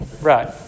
Right